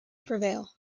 prevail